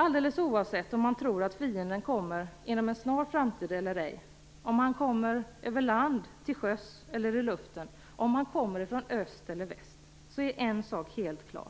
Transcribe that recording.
Alldeles oavsett om man tror att fienden kommer inom en snar framtid eller ej, om han kommer över land, till sjöss eller i luften, om han kommer från öst eller väst är en sak helt klar: